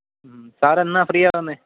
മ്മ് sir എന്നാ free ആകുന്നത്